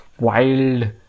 wild